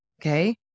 Okay